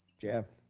jeff?